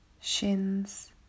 shins